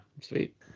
sweet